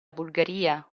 bulgaria